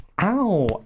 Ow